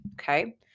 okay